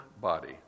body